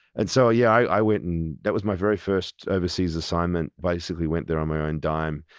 and so yeah i went, and that was my very first overseas assignment, basically went there on my own dime.